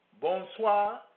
Bonsoir